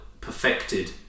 perfected